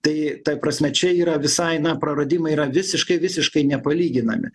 tai ta prasme čia yra visai na praradimai yra visiškai visiškai nepalyginami